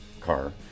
car